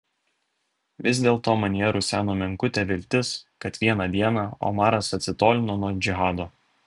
vis dėlto manyje ruseno menkutė viltis kad vieną dieną omaras atsitolino nuo džihado